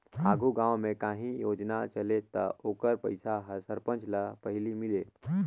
आघु गाँव में काहीं योजना चले ता ओकर पइसा हर सरपंच ल पहिले मिले